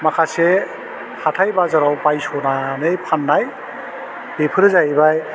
माखासे हाथाइ बाजाराव बायस'नानै फान्नाय बेफोरो जाहैबाय